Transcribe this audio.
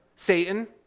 Satan